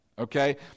Okay